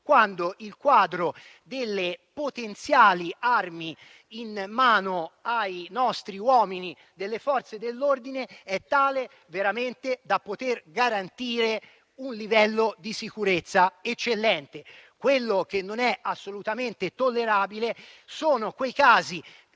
quando il quadro delle potenziali armi in mano ai nostri uomini delle Forze dell'ordine è tale da garantire un livello di sicurezza eccellente. Quello che non è assolutamente tollerabile sono purtroppo